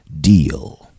deal